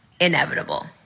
inevitable